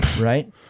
Right